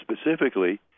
specifically